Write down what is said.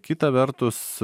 kita vertus